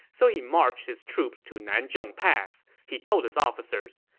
so he marched his troops to nanzheng pass. he told his officers,